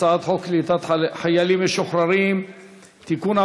הצעת חוק קליטת חיילים משוחררים (תיקון,